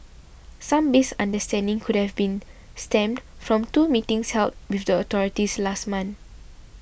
some misunderstanding could have been stemmed from two meetings held with the authorities last month